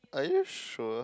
are you sure